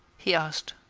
he asked.